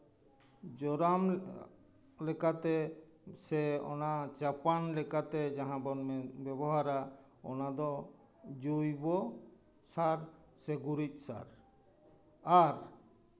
ᱡᱚᱨᱟᱢ ᱞᱮᱠᱟᱛᱮ ᱥᱮ ᱚᱱᱟ ᱪᱟᱯᱟᱱ ᱞᱮᱠᱟᱛᱮ ᱡᱟᱦᱟᱸ ᱵᱚᱱ ᱵᱮᱵᱚᱦᱟᱨᱟ ᱚᱱᱟ ᱫᱚ ᱡᱳᱭᱵᱚ ᱥᱟᱨ ᱥᱮ ᱜᱩᱨᱤᱡ ᱥᱟᱨ ᱟᱨ